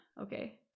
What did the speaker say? okay